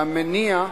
והמניע,